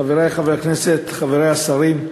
חברי חברי הכנסת, חברי השרים,